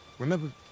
Remember